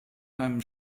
seinem